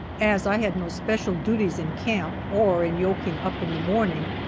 as i had no special duties in camp, or in yoking up in the morning,